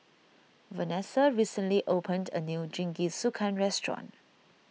Vanesa recently opened a new Jingisukan restaurant